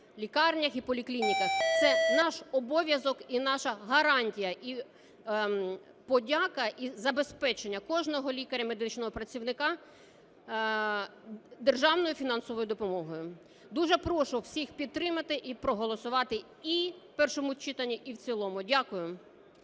лікарнях і поліклініках. Це наш обов'язок і наша гарантія, і подяка, і забезпечення кожного лікаря і медичного працівника державною фінансовою допомогою. Дуже прошу всіх підтримати і проголосувати і в першому читанні, і в цілому. Дякую.